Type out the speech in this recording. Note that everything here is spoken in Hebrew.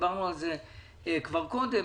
דיברנו על זה כבר קודם.